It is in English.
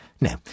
No